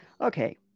Okay